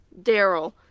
daryl